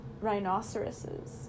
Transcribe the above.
rhinoceroses